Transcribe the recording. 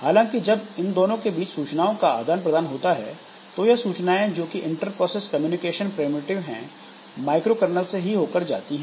हालांकि जब इन दोनों के बीच सूचनाओं का आदान प्रदान होता है तो यह सूचनाएं जोकि इंटर प्रोसेस कम्युनिकेशन प्रिमिटिव हैं माइक्रो कर्नल से ही होकर जाती हैं